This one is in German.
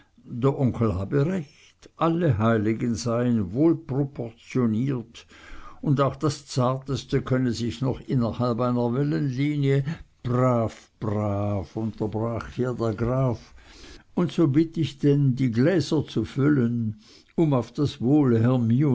der onkel habe recht alle heiligen seien wohlproportioniert und auch das zarteste könne sich noch innerhalb der wellenlinie brav brav unterbrach hier der graf und so bitt ich denn die gläser zu füllen um auf das wohl